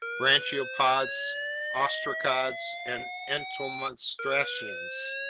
branchiopods, ostracods, and entomostraceans.